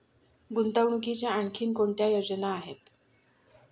गुंतवणुकीच्या आणखी कोणत्या योजना आहेत?